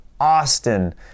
Austin